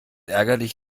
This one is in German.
ärgerlich